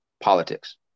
Politics